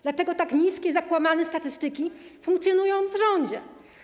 Dlatego tak niskie zakłamane statystyki funkcjonują w rządzie.